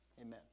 Amen